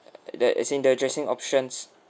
that is in the dressing options